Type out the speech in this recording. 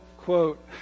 quote